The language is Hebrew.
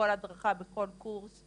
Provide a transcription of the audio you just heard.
בכל הדרכה ובכל קורס,